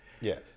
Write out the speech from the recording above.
Yes